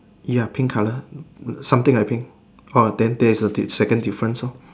ya pink colour something like pink orh then that is a D second difference lor